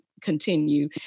continue